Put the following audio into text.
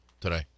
today